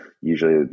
Usually